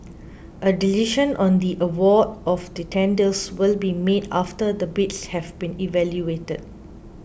a decision on the award of the tenders will be made after the bids have been evaluated